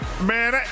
Man